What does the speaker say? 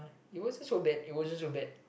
it wasn't so bad it wasn't so bad